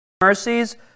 mercies